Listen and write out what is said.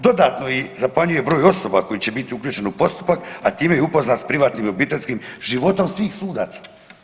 Dodatno zapanjuje i broj osoba koji će biti uključeni u postupak, a time i upoznat sa privatnim i obiteljskim životom svih sudaca.